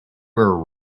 were